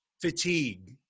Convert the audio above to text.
fatigue